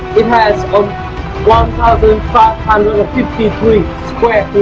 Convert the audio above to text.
it has one thousand five hundred and fifty three square